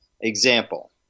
Example